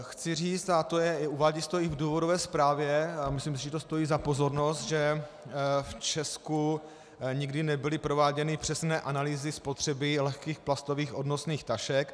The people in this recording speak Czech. Chci říci a uvádí se to i v důvodové zprávě a myslím, že to stojí za pozornost , že v Česku nikdy nebyly prováděny přesné analýzy spotřeby lehkých plastových odnosných tašek.